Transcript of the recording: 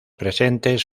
presentes